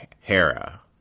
Hera